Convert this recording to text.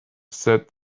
said